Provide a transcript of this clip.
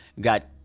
Got